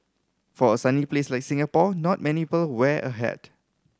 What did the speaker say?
for a sunny place like Singapore not many people wear a hat